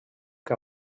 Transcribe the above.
que